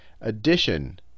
addition